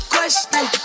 Question